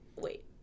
wait